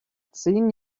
zehn